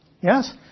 Yes